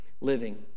living